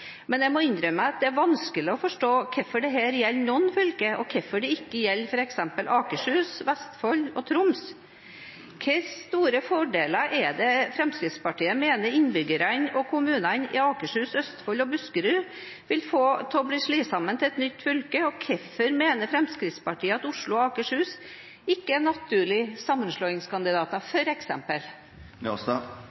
men jeg må innrømme at det er vanskelig å forstå hvorfor dette gjelder noen fylker, og hvorfor det ikke gjelder f.eks. Akershus, Vestfold og Troms. Hvilke store fordeler er det Fremskrittspartiet mener innbyggerne og kommunene i Akershus, Østfold og Buskerud vil få av å bli slått sammen til et nytt fylke? Og hvorfor mener Fremskrittspartiet at Oslo og Akershus ikke er naturlige sammenslåingskandidater,